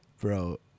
Bro